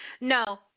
No